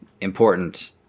important